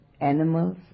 animals